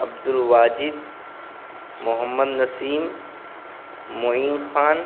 Abdul Wajid Mohammad Naseem Moin Khan